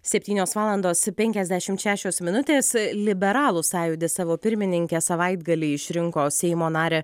septynios valandos penkiasdešimt šešios minutės liberalų sąjūdis savo pirmininke savaitgalį išrinko seimo narę